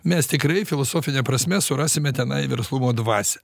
mes tikrai filosofine prasme surasime tenai verslumo dvasią